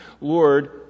Lord